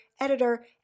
editor